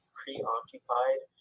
preoccupied